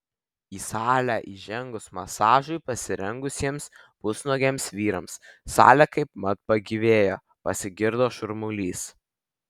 į salę įžengus masažui pasirengusiems pusnuogiams vyrams salė kaipmat pagyvėjo pasigirdo šurmulys